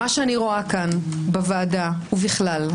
מה שאני רואה כאן בוועדה ובכלל,